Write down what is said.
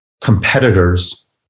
competitors